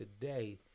today